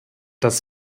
das